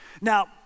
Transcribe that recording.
Now